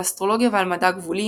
על אסטרולוגיה ועל מדע גבולי,